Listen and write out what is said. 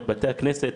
את בתי הכנסת,